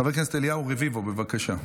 חבר הכנסת אליהו רביבו, בבקשה.